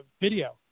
video